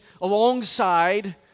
alongside